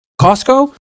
Costco